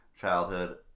childhood